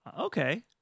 okay